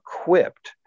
equipped